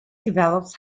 develops